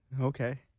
Okay